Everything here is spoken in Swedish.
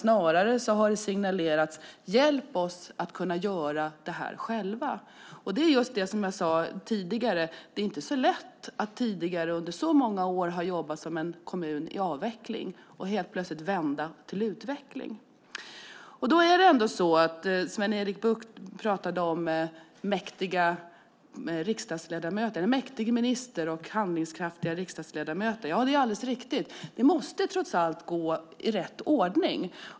Snarare har man signalerat: Hjälp oss att kunna göra det här själva! Precis som jag sade tidigare är det inte så lätt att under så många år ha jobbat som en kommun i avveckling och helt plötsligt vända till utveckling. Sven-Erik Bucht talade om en mäktig minister och handlingskraftiga riksdagsledamöter. Det är alldeles riktigt. Det måste trots allt gå i rätt ordning.